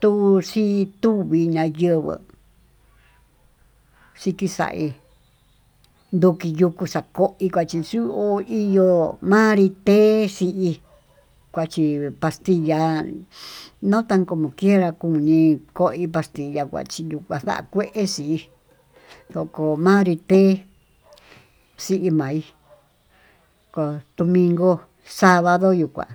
Tuu xhí tuuvi nayenguó, xikixa'í ndu xhichu'ó iyo'ó manrí texi'í kuachí pastilla notan como quiera koín patilla, kuachiyu xakuexí ndokó manrí té xí a'í ko'ó domingo savado yu'ú kuá